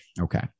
okay